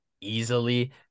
Easily